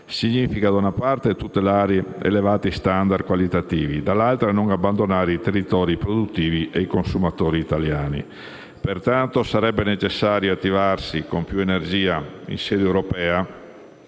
significa da una parte tutelare tali elevati standard qualitativi, dall'altra non abbandonare i territori produttivi e i consumatori italiani. Pertanto sarebbe necessario attivarsi con più energia in sede europea,